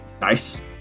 nice